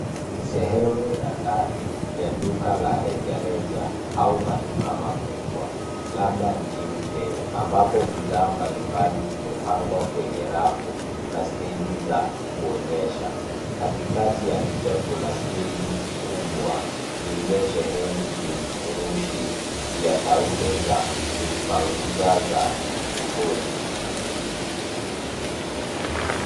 Ni sehemu ya ndani ya duka la reja reja au maduka makubwa, labda nchini Kenya, ambapo bidhaa mbalimbali zimepangwa kwenye rafu na stendi za kuonyesha. Katikati ya picha kuna stendi kubwa iliyosheheni vifurushi vya taulo za kujipanguza za jikoni.